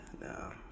No